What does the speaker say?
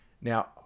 Now